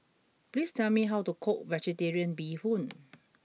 please tell me how to cook Vegetarian Bee Hoon